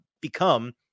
become